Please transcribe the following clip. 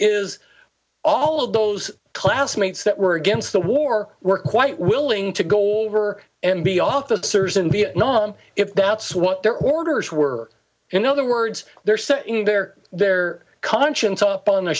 is all of those classmates that were against the war were quite willing to go over and be officers in vietnam if that's what their orders were in other words they're setting their their conscience up on